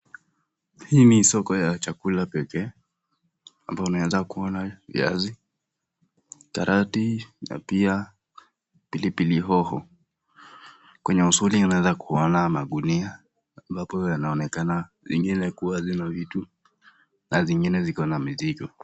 Hii ni soko ya chakula pekee, hapa naweza kuona viazi karoti na pia pilipili hoho. Kwenye usuli naweza kuona magunia ambapo yanaonekana lingine kuwa hilo vitu na zingine ziko na mizigo.